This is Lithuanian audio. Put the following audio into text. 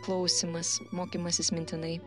klausymas mokymasis mintinai